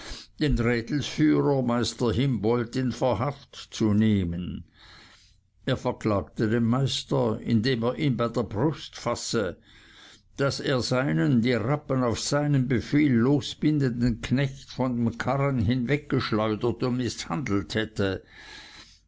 den rädelsführer meister himboldt in verhaft zu nehmen er verklagte den meister indem er ihn bei der brust faßte daß er seinen die rappen auf seinen befehl losbindenden knecht von dem karren hinweggeschleudert und mißhandelt hätte